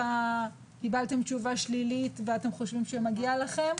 קיבלתם תשובה שלילית ואתם חושבים שמגיע לכם,